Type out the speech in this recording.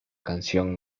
canción